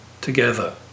together